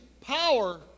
power